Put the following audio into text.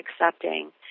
accepting